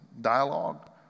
dialogue